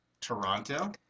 Toronto